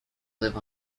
live